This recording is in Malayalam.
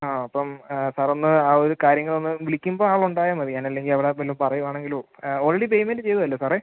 ആ അപ്പം സാർ ഒന്ന് ആ ഒരു കാര്യങ്ങളൊന്ന് വിളിക്കുമ്പം ആൾ ഉണ്ടായാൽ മതി ഞാൻ അല്ലെങ്കിൽ അവിടെ വല്ലതും പറയുവാണെങ്കിലോ ഓൾറെഡി പേയ്മെൻറ് ചെയ്തതല്ലേ സാറേ